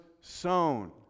sown